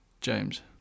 James